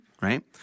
right